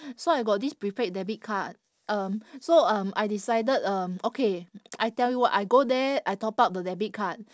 so I got this prepaid debit card um so um I decided um okay I tell you what I go there I top up the debit card